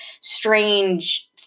strange